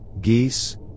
geese